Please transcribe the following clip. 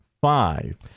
five